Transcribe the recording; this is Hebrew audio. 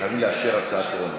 שחייבים לאשר הצעה טרומית.